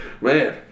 man